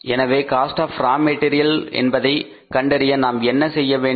எனவே cost of raw material என்பதை கண்டறிய நாம் என்ன செய்ய வேண்டும்